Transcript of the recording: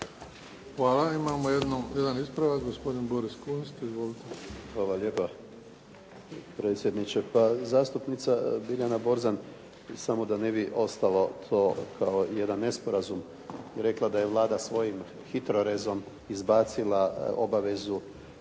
Hvala. Imamo jedan ispravak, gospodin Boris Kunst. Izvolite. **Kunst, Boris (HDZ)** Hvala lijepa predsjedniče. Pa zastupnica Biljana Borzan samo da ne bi ostalo to kao jedan nesporazum rekla da je Vlada svojim HITROREZ-om izbacila obavezu